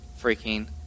freaking